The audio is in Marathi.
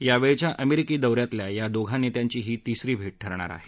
यावेळच्या अमेरिका दौऱ्यातली या दोघा नेत्यांची ही तिसरी भेट ठरणार आहे